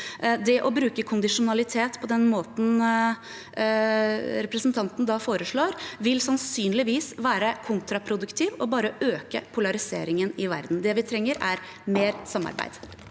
Å bruke kondisjonalitet på den måten representanten foreslår, vil sannsynligvis være kontraproduktivt og bare øke polariseringen i verden. Det vi trenger, er mer samarbeid.